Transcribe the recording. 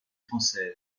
française